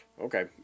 Okay